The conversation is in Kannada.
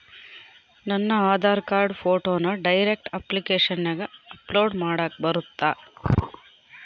ನನ್ನ ಆಧಾರ್ ಕಾರ್ಡ್ ಫೋಟೋನ ಡೈರೆಕ್ಟ್ ಅಪ್ಲಿಕೇಶನಗ ಅಪ್ಲೋಡ್ ಮಾಡಾಕ ಬರುತ್ತಾ?